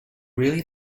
really